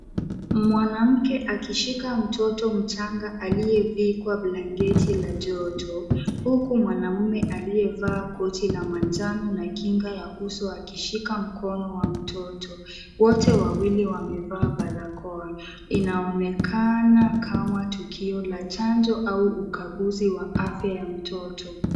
Mwanamke akishika mtoto mchanga aliyevikwa blanketi la joto huku mwanaume aliyevaa koti la manjano na kinga ya uso akishika mkono wa mtoto. Wote wawili wamevaa barakoa. Inaonekana kama tukio la chanjo au ukaguzi wa afya ya mtoto.